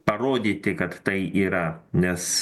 parodyti kad tai yra nes